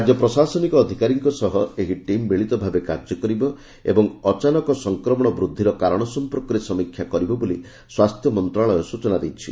ରାଜ୍ୟ ପ୍ରଶାସନିକ ଅଧିକାରୀଙ୍କ ସହ ଏହି ଟିମ୍ ମିଳିତ ଭାବେ କାର୍ଯ୍ୟ କରିବ ଏବଂ ଅଚାନକ ସଂକ୍ରମଣ ବୃଦ୍ଧିର କାରଣ ସମ୍ପର୍କରେ ସମୀକ୍ଷା କରିବ ବୋଲି ସ୍ୱାସ୍ଥ୍ୟ ମନ୍ତ୍ରଣାଳୟ ସୂଚନା ଦେଇଛି